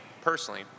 personally